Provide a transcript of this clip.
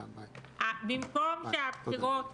במקום שהבחירות